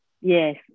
Yes